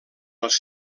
els